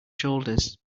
shoulders